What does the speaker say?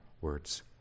words